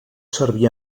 servir